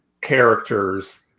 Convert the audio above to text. characters